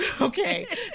Okay